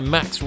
Max